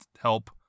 help